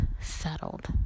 settled